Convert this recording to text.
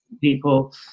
people